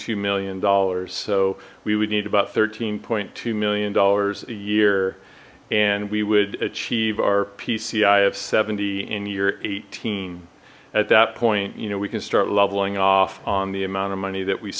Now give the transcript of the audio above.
two million dollars so we would need about thirteen point two million dollars a year and we would achieve our pci of seventy in year eighteen at that point you know we can start leveling off on the amount of money that we